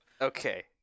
Okay